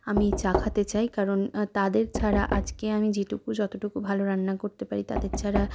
আমি চাখাতে চাই কারণ তাদের ছাড়া আজকে আমি যেটুকু যতটুকু ভালো রান্না করতে পারি তাদের ছাড়া